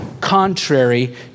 contrary